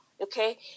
Okay